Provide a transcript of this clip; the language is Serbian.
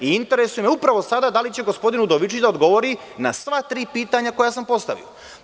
Interesuje me, upravo sada, da li će gospodin Udovičić da odgovori na sva tri pitanja koja sam postavio.